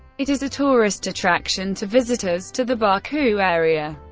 it is a tourist attraction to visitors to the baku area.